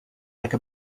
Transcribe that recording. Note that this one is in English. like